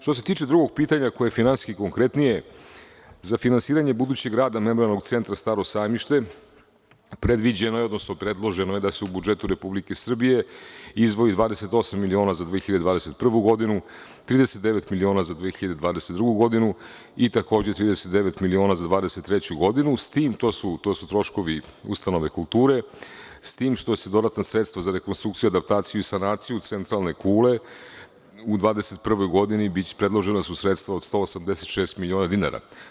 Što se tiče drugog pitanja koje je finansijski konkretnije, za finansiranje budućeg rada Memorijalnog centra „Staro sajmište“, predloženo je da se u budžetu Republike Srbije izdvoji 28 miliona za 2021. godinu, 39 miliona za 2022. godinu i takođe, 39 miliona za 2023. godinu, s tim, to su troškovi ustanove kulture, s tim što će dodatna sredstva za rekonstrukciju, adaptaciju i sanaciju Centralne kule u 2021. godini, predložena su sredstva od 186 miliona dinara.